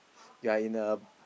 yea in a